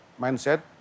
mindset